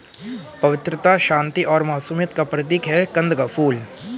पवित्रता, शांति और मासूमियत का प्रतीक है कंद का फूल